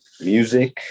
music